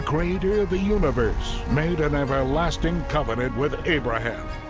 creator of the universe made an everlasting covenant with abraham.